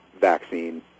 vaccine